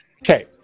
Okay